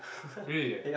really ya